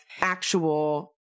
actual